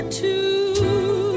two